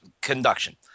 conduction